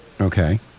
Okay